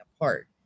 apart